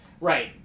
Right